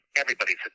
everybody's